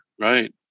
Right